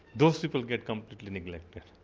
those people get completely neglected.